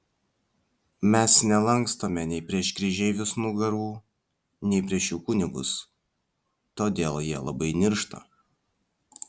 mes nelankstome nei prieš kryžeivius nugarų nei prieš jų kunigus todėl jie labai niršta